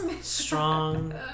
Strong